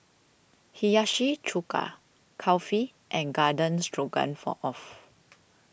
Hiyashi Chuka Kulfi and Garden Stroganoff